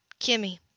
Kimmy